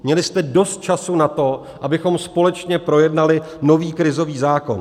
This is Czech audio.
Měli jste dost času na to, abychom společně projednali nový krizový zákon.